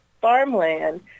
farmland